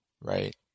right